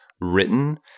written